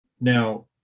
Now